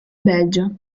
belgio